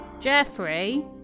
Jeffrey